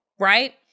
Right